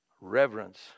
Reverence